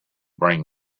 bring